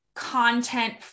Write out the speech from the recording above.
content